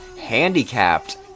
handicapped